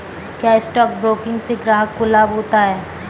क्या stock broking से ग्राहक को लाभ होता है?